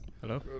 hello